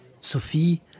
Sophie